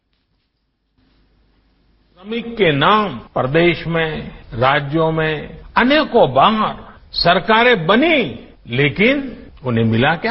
किसान और श्रमिक के नाम पर देश में राज्यों में अनेकों बार सरकारें बनी लेकिन उन्हें मिला क्या